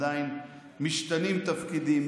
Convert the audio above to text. עדיין משתנים תפקידים,